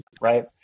Right